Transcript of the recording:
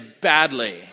badly